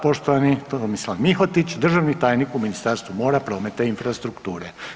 Poštovani Tomislav Mihotić, državni tajnik u Ministarstvu mora, prometa i infrastrukture.